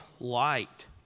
Light